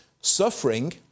Suffering